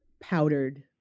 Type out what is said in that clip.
powdered